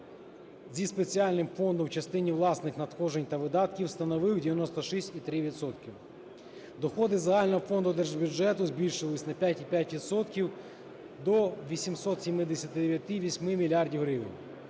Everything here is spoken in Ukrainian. зі спеціальним фондом в частині власних надходжень та видатків становив 96,3 відсотка. Доходи загального фонду держбюджету збільшились на 5,5 відсотка – до